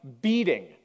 beating